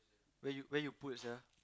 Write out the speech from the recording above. where you where you put sia